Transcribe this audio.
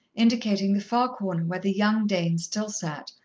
indicating the far corner where the young dane still sat,